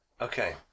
Okay